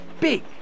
Big